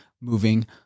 moving